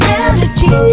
energy